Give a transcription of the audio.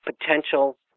potential